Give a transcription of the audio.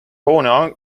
hoone